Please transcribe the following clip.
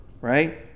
Right